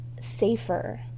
safer